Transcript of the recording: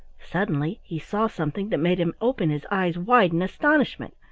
suddenly he saw something that made him open his eyes wide in astonishment.